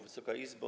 Wysoka Izbo!